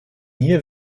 hier